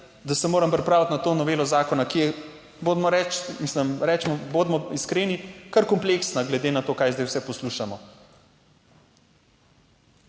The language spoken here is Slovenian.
da se moram pripraviti na to novelo zakona, ki je, bodimo reči, mislim, recimo bodimo iskreni, kar kompleksna, glede na to kaj zdaj vse poslušamo.